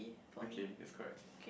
okay it's correct